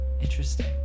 interesting